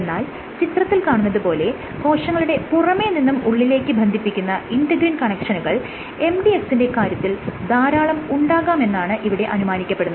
എന്നാൽ ചിത്രത്തിൽ കാണുന്നത് പോലെ കോശങ്ങളുടെ പുറമെ നിന്നും ഉള്ളിലേക്ക് ബന്ധിപ്പിക്കുന്ന ഇന്റെഗ്രിൻ കണക്ഷനുകൾ mdx ന്റെ കാര്യത്തിൽ ധാരാളം ഉണ്ടാകാമെന്നാണ് ഇവിടെ അനുമാനിക്കപ്പെടുന്നത്